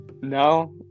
no